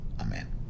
Amen